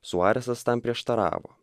suaresas tam prieštaravo